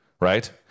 right